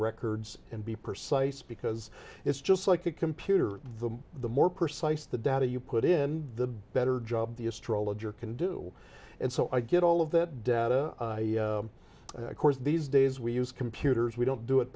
records and be precise because it's just like the computer the the more precise the data you put in the better job the astrologer can do and so i get all of that data course these days we use computers we don't do it